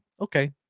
okay